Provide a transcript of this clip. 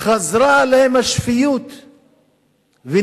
חזרה אליהם השפיות ונזעקו